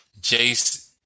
Jace